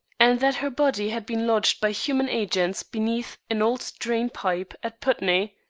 and that her body had been lodged by human agents beneath an old drain-pipe at putney.